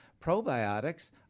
Probiotics